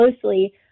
closely